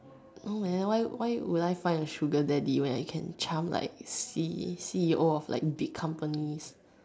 no man why why would I find a sugar daddy when I can charm like C C_E_O of like big company